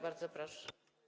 Bardzo proszę.